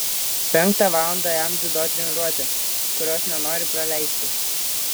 penktą valandą jam dziudo treniruotė kurios nenori praleisti